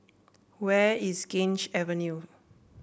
where is Gange Avenue